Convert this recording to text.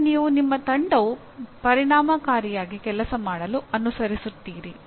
ಇದನ್ನು ನೀವು ನಿಮ್ಮ ತಂಡವು ಪರಿಣಾಮಕಾರಿಯಾಗಿ ಕೆಲಸ ಮಾಡಲು ಅನುಸರಿಸುತ್ತೀರಿ